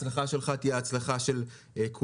ההצלחה שלך תהיה ההצלחה של כולנו.